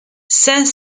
saint